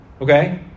Okay